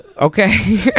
Okay